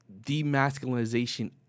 demasculinization